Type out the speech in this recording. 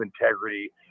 integrity